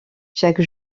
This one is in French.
chaque